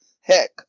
Heck